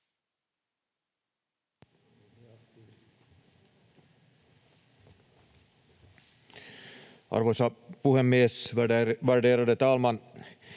Arvoisa puhemies, värderade talman!